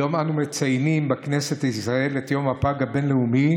היום אנו מציינים בכנסת ישראל את יום הפג הבין-לאומי.